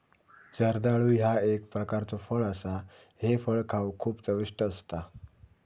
जर्दाळू ह्या एक प्रकारचो फळ असा हे फळ खाउक खूप चविष्ट असता